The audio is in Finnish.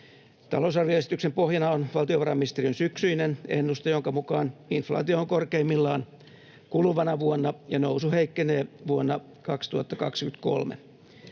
Talousarvioesityksen pohjana on valtiovarainministeriön syksyinen ennuste, jonka mukaan inflaatio on korkeimmillaan kuluvana vuonna ja nousu heikkenee vuonna 2023.